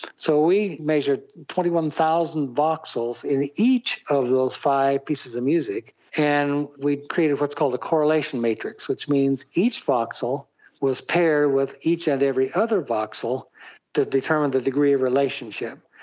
so we measured twenty one thousand voxels in each of those five pieces of music, and we created what is called a correlation matrix which means each voxel was paired with each and every other voxel to determine the degree of relationship.